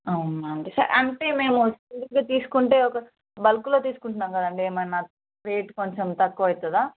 అవునా అండి స అంటే మేము వీటిని తీసుకుంటే ఒక బల్క్లో తీసుకుంటాను కదండి ఏమన్న రేట్ కొంచెం తక్కువ అవుతుందా